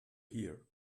hear